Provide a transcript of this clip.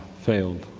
failed.